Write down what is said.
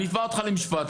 אני אתבע אותך למשפט,